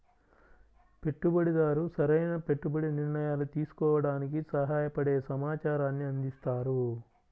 పెట్టుబడిదారు సరైన పెట్టుబడి నిర్ణయాలు తీసుకోవడానికి సహాయపడే సమాచారాన్ని అందిస్తారు